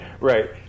Right